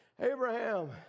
Abraham